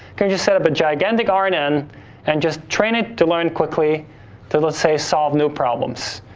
can just set up a gigantic r and n and just train it to learn quickly til let's say solve new problems.